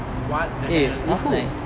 what the hell with who